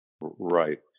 right